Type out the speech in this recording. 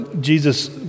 Jesus